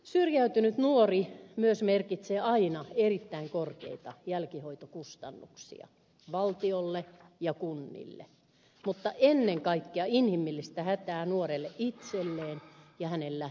syrjäytynyt nuori myös merkitsee aina erittäin korkeita jälkihoitokustannuksia valtiolle ja kunnille mutta ennen kaikkea inhimillistä hätää nuorelle itselleen ja hänen läheisilleen